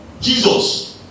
Jesus